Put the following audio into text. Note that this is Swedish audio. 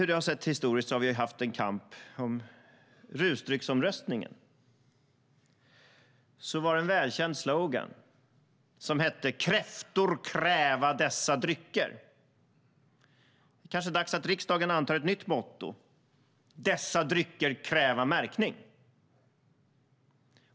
Historiskt hade vi en kamp i rusdrycksomröstningen. Då löd en välkänd slogan: Kräftor kräva dessa drycker. Det kanske är dags att riksdagen antar ett nytt motto: Dessa drycker kräva märkning.